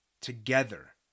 together